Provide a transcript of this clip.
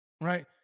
right